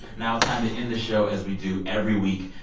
now it's time to end the show as we do every week.